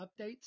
updates